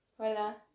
Hola